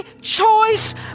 choice